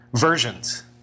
versions